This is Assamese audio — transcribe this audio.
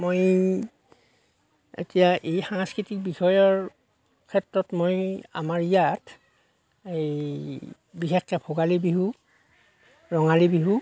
মই এতিয়া এই সাংস্কৃতিক বিষয়ৰ ক্ষেত্ৰত মই আমাৰ ইয়াত এই বিশেষকৈ ভোগালী বিহু ৰঙালী বিহু